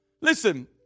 Listen